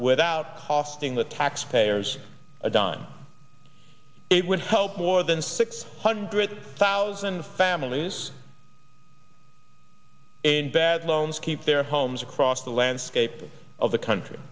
without costing the taxpayers a dime it would help more than six hundred thousand families in bad loans keep their homes across the landscape of the country